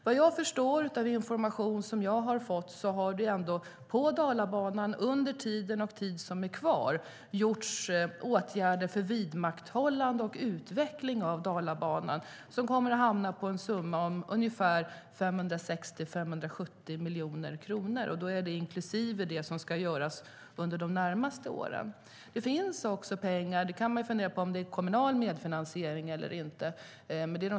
Vad jag förstår av den information jag fått har det på Dalabanan vidtagits åtgärder för vidmakthållande och utveckling av Dalabanan som kommer att hamna på en summa av ungefär 560-570 miljoner kronor. Det är inklusive det som ska göras under de närmaste åren. Det finns också statliga pengar i länsplanen, och man kan fundera på om det är kommunal medfinansiering eller inte.